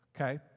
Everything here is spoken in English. okay